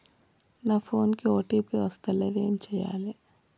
నా ఫోన్ కి ఓ.టీ.పి వస్తలేదు ఏం చేయాలే?